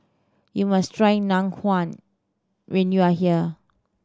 you must try Ngoh Hiang when you are here